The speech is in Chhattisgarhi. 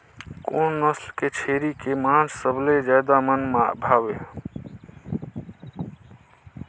कोन नस्ल के छेरी के मांस सबले ज्यादा मन भाथे?